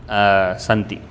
सन्ति